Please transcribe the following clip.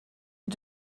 are